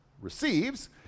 receives